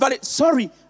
sorry